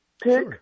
pick